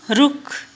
रुख